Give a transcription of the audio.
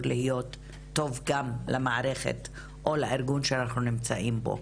להיות טוב גם למערכת או לארגון שאנחנו נמצאים בו.